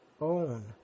own